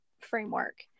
framework